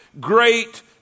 great